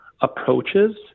approaches